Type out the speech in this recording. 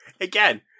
again